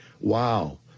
wow